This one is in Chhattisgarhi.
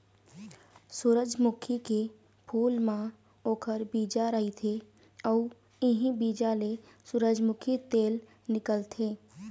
सूरजमुखी के फूल म ओखर बीजा रहिथे अउ इहीं बीजा ले सूरजमूखी तेल निकलथे